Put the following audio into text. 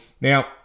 Now